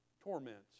torments